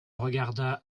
regarda